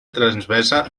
transmesa